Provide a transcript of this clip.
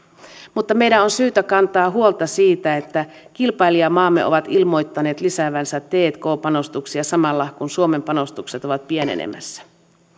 mutta meidän on syytä kantaa huolta siitä että kilpailijamaamme ovat ilmoittaneet lisäävänsä tk panostuksia samalla kun suomen panostukset ovat pienenemässä